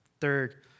Third